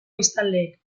biztanleek